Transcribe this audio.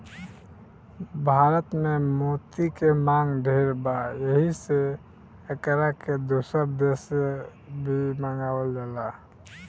भारत में मोती के मांग ढेर बा एही से एकरा के दोसर देश से भी मंगावल जाला